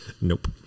Nope